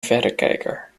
verrekijker